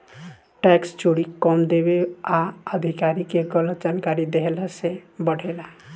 tax चोरी कम देवे आ अधिकारी के गलत जानकारी देहला से बढ़ेला